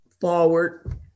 forward